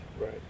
Right